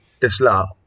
Tesla